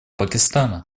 пакистана